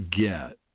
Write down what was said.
get